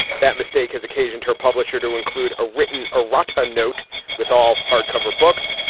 that mistake has occasioned her publisher to include a written a rotten note with all hardcover books.